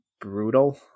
brutal